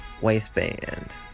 Waistband